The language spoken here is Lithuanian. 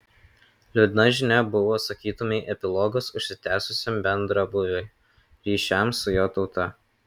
liūdna žinia buvo sakytumei epilogas užsitęsusiam bendrabūviui ryšiams su jo tauta